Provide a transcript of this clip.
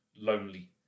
lonely